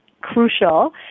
crucial